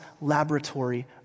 laboratory